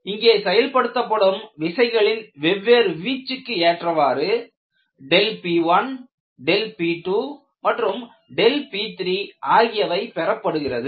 இங்கே செயல்படுத்தப்படும் விசைகளின் வெவ்வேறு வீச்சுக்கு ஏற்றவாறு P1P2மற்றும் P3 ஆகியவை பெறப்படுகிறது